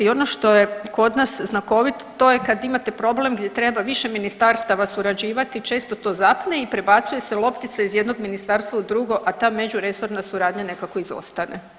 I ono što je kod nas znakovito to je kad imate problem gdje treba više ministarstava surađivati, često to zapne i prebacuje se loptica iz jednog ministarstva u drugo, a ta međuresorna suradnja nekako izostane.